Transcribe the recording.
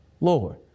Lord